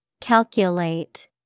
Calculate